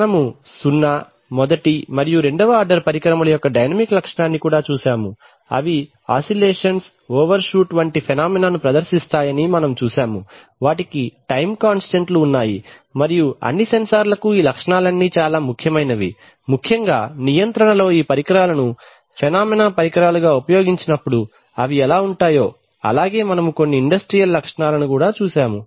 మనము సున్నా మొదటి మరియు రెండవ ఆర్డర్ పరికరముల యొక్క డైనమిక్ లక్షణాన్ని కూడా చూశాము మరియు అవి ఆశిలేషన్స్ ఓవర్ షూట్ వంటి ఫెనామెనాను ప్రదర్శిస్తాయని మనము చూశాము వాటికి టైమ్ కాంస్టంట్ లు ఉన్నాయి మరియు అన్ని సెన్సార్ లకు ఈ లక్షణాలన్నీ చాలా ముఖ్యమైనవి ముఖ్యంగా నియంత్రణ లో ఈ పరికరాలను ఫెనామెనా పరికరాలుగా ఉపయోగించినప్పుడు అవి ఎలా ఉంటాయో అలాగే మనము కొన్ని ఇండస్ట్రియల్ లక్షణాలను కూడా చూశాము